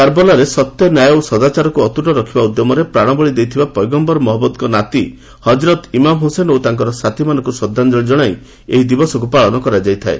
କାର୍ବାଲାରେ ସତ୍ୟ ନ୍ୟାୟ ଓ ସଦାଚାରକୁ ଅତ୍କଟ ରଖିବା ଉଦ୍ୟମରେ ପ୍ରାଣବଳୀ ଦେଇଥିବା ପୈଗମ୍ଭର ମହମ୍ମଦ୍ଙ୍କ ନାତୀ ହଜ୍ରତ୍ ଇମାମ୍ହୁସେନ୍ ଏବଂ ତାଙ୍କର ସାଥିମାନଙ୍କୁ ଶ୍ରଦ୍ଧାଞ୍ଜଳୀ ଜଣାଇ ଏହି ଦିବସକୁ ପାଳନ କରାଯାଇଥାଏ